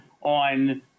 on